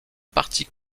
partie